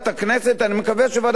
אני מקווה שוועדת הכנסת